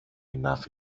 enough